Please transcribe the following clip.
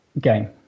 game